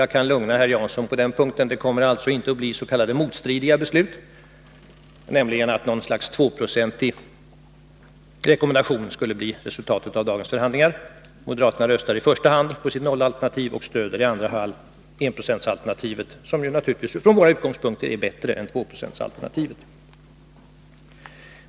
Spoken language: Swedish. Jag kan lugna herr Jansson på den punkten. Det kommer alltså inte att blis.k. motstridiga beslut, nämligen att något slags rekommendation om 2 96 skulle bli resultatet av dagens förhandlingar. Moderaterna röstar i första hand på sitt nollalternativ och stöder i andra hand enprocentsalternativet, som ju naturligtvis från våra utgångspunkter är bättre än tvåprocentsalternativet.